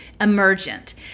emergent